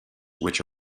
which